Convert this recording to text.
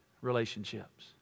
relationships